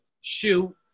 shoot